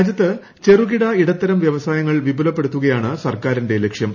രാജ്യത്ത് ചെറുകിട ഇടത്തരം വ്യവസായങ്ങൾ വിപുലപ്പെടുത്തുകയാണ് സർക്കാരിന്റെ ലക്ഷ്യം